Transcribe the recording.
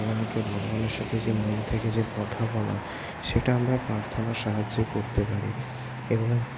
ভগবানকে ভগবানের সাথে যে মন থেকে যে কথা বলা সেটা আমরা প্রার্থনার সাহায্যে করতে পারি এবং